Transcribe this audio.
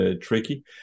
tricky